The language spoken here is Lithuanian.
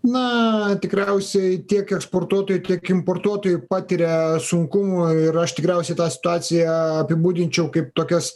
na tikriausiai tiek eksportuotojų tiek importuotojų patiria sunkumų ir aš tikriausiai tą situaciją apibūdinčiau kaip tokias